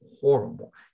horrible